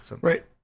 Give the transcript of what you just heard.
Right